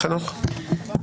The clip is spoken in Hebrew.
חנוך.